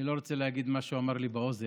אני לא רוצה להגיד מה שהוא אמר לי באוזן